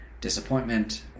disappointment